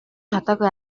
чадаагүй